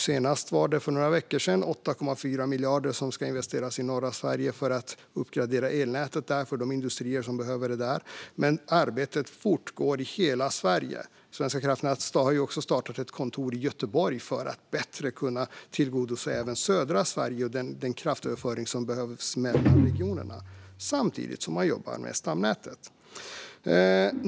Senast, för några veckor sedan, var det 8,4 miljarder som ska investeras i norra Sverige för att uppgradera elnätet för de industrier som behöver det där. Men arbetet fortgår i hela Sverige. Svenska kraftnät har startat ett kontor i Göteborg för att bättre kunna tillgodose även södra Sverige och den kraftöverföring som behövs mellan regionerna. Samtidigt jobbar man med stamnätet.